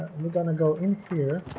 we're gonna go in here